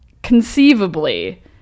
Conceivably